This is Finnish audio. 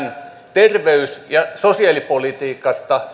terveys ja sosiaalipolitiikasta